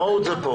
המהות זה פה.